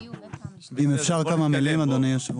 אם אפשר כמה מילים, אדוני היושב